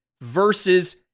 versus